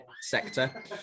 sector